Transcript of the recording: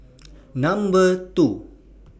Number two